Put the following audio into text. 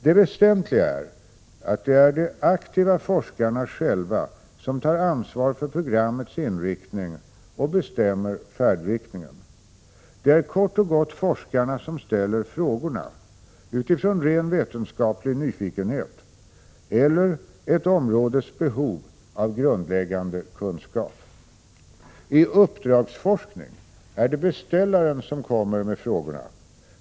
Det väsentliga är att det är de aktiva forskarna själva som tar ansvar för programmets inriktning och bestämmer färdriktningen. Det är kort och gott forskarna som ställer frågorna, utifrån ren vetenskaplig nyfikenhet eller ett områdes behov av grundläggande kunskap. I uppdragsforskning är det beställaren som kommer med frågorna.